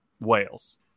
Wales